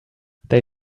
they